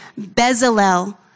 Bezalel